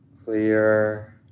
clear